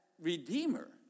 redeemer